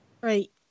Right